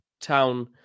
Town